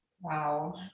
Wow